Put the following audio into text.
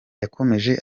yakomeje